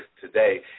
today